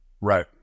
right